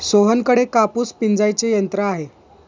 सोहनकडे कापूस पिंजायचे यंत्र आहे